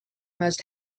must